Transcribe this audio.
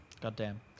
Goddamn